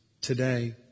today